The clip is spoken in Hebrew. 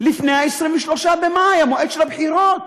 לפני 23 במאי, המועד של הבחירות.